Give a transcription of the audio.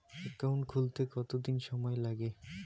Account খুলতে কতদিন সময় লাগে?